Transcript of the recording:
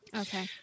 Okay